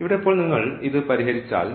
ഇവിടെ ഇപ്പോൾ നിങ്ങൾ ഇത് പരിഹരിച്ചാൽ